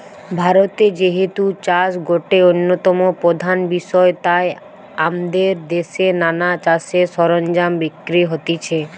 ভারতে যেহেতু চাষ গটে অন্যতম প্রধান বিষয় তাই আমদের দেশে নানা চাষের সরঞ্জাম বিক্রি হতিছে